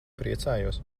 priecājos